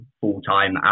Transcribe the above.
full-time